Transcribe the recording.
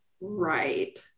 Right